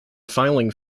filing